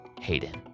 Hayden